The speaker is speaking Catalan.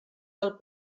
del